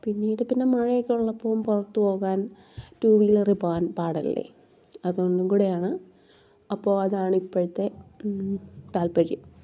പിന്നീടിപ്പം ഇപ്പം മഴയൊക്കെ ഉള്ളപ്പോൾ മഴയത്ത് പോകാൻ ടു വീലറിൽ പോകാൻ പാടല്ലേ അതുകൊണ്ടും കൂടെയാണ് അപ്പോൾ അതാണ് ഇപ്പോഴത്തെ താൽപ്പര്യം